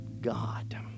god